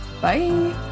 bye